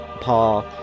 Paul